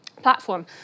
platform